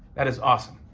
that is awesome.